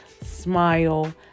smile